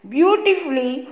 Beautifully